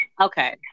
Okay